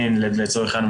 אני לצורך העניין,